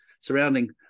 surrounding